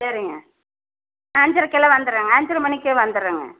சரிங்க நான் அஞ்சரைக்கெல்லாம் வந்துறேங்க அஞ்சரை மணிக்கே வந்துடுறேங்க